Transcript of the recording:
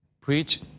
Preach